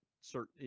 certain